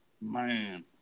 man